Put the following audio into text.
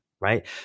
Right